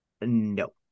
No